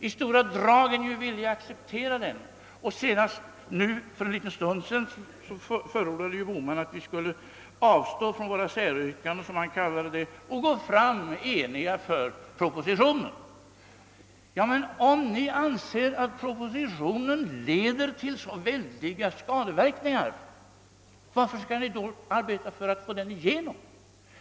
I stora drag är ni ju villiga att acceptera denna. För en liten stund sedan förordade herr Bohman att vi skulle avstå från våra säryrkanden, som han uttryckte sig, och enigt sluta upp bakom propositionen. Men om ni anser att propositionens förslag leder till så väldiga skadeverkningar, varför skall ni då arbeta för att genomföra det?